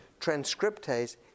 transcriptase